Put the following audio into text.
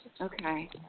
Okay